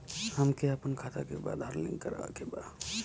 हमके अपना खाता में आधार लिंक करावे के बा?